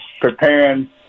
preparing